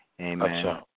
Amen